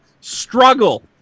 struggle